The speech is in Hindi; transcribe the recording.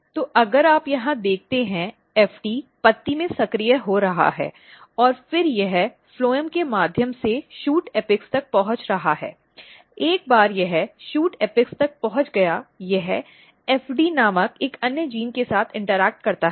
तो अगर आप यहां देखते हैं FT पत्ती में सक्रिय हो रहा है और फिर यह फ्लोएम के माध्यम से शूट एपेक्स तक पहुंच रहा है एक बार यह शूट एपेक्स तक पहुंच गया यह FD नामक एक अन्य जीन के साथ इन्टरैक्ट करता है